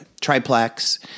triplex